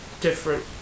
different